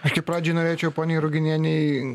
aš tik pradžiai norėčiau poniai ruginienei